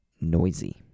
noisy